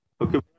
Okay